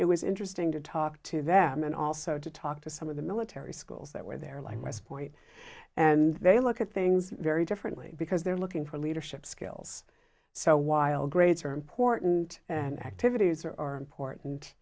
it was interesting to talk to them and also to talk to some of the military schools that were there like west point and they look at things very differently because they're looking for leadership skills so while grades are important and activities are or port an